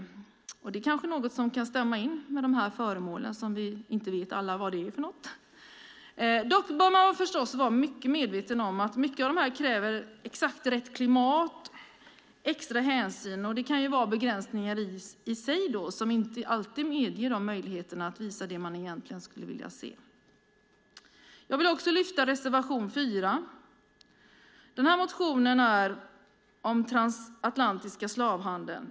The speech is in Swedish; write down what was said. Det kanske är något som kan stämma in på dessa föremål. Alla vet inte vad det är för något. Dock bör man förstås vara mycket medveten om att många av dessa föremål kräver exakt rätt klimat och extra hänsyn. Det kan vara begränsningar i sig som inte alltid medger möjligheter att visa det som man egentligen skulle vilja se. Jag vill också lyfta fram reservation 4. Motionen som tas upp i reservationen handlar om den transatlantiska slavhandeln.